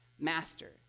Master